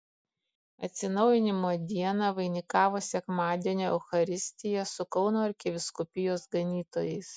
atsinaujinimo dieną vainikavo sekmadienio eucharistija su kauno arkivyskupijos ganytojais